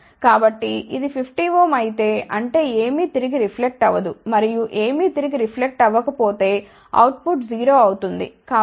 కాబట్టి ఇది 50Ω అయితే అంటే ఏమీ తిరిగి రిఫ్లెక్ట్ అవదు మరియు ఏమీ తిరిగి రిఫ్లెక్ట్ అవకపోతే అవుట్ పుట్ 0 అవుతుంది